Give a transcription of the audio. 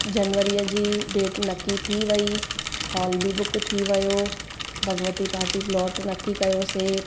जनवरीअ जी डेट नकी थी वई हॉल बि बुक थी वियो भगवती पार्टी प्लॉट नकी कयोसीं